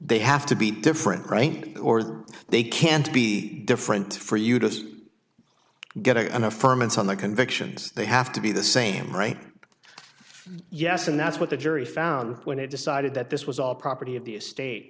they have to be different right or they can't be different for you to get on a firm and so on the convictions they have to be the same right yes and that's what the jury found when it decided that this was all property of the state